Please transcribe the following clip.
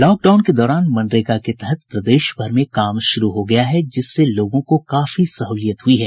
lockdown के दौरान मनरेगा के तहत प्रदेशभर में काम शुरू हो गया है जिससे लोगों को काफी सहुलियत हुई है